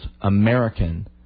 American